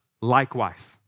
likewise